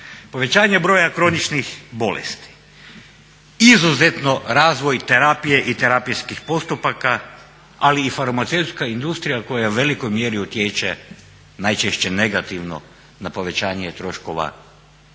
povećanje broja kroničnih bolesti, izuzetno razvoj terapije i terapijskih postupaka, ali i farmaceutska industrija koja u velikoj mjeri utječe najčešće negativno na povećanje troškova zdravstvenog